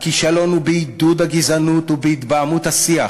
הכישלון הוא בעידוד הגזענות ובהתבהמות השיח.